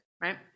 right